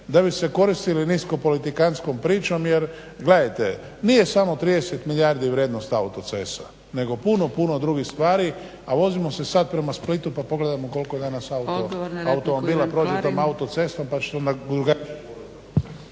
da bi se koristili niskopolitikantskom pričom, jer gledajte nije samo 30 milijardi vrijednost autocesta, nego puno, puno drugih stvari, a vozimo se sad prema Splitu pa pogledajmo koliko danas automobila prođe tom autocestom, pa ćete onda drugačije